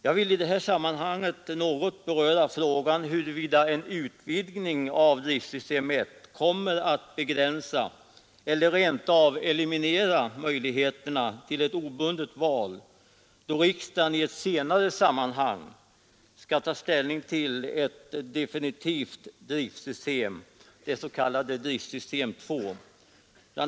Jag vill i det här sammanhanget något beröra frågan huruvida en utvidgning av driftsystem 1 kommer att begränsa eller rent av eliminera möjligheterna till ett obundet val, då riksdagen i ett senare sammanhang skall ta ställning till ett definitivt driftsystem, det s.k. driftsystem 2: Bl.